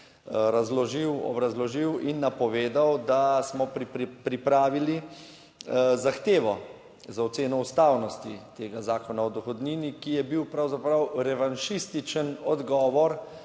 razložil, obrazložil in napovedal, da smo pripravili zahtevo za oceno ustavnosti tega Zakona o dohodnini, ki je bil pravzaprav revanšističen odgovor